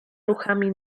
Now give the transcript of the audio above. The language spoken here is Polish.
ruchami